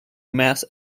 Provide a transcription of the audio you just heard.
mass